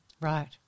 Right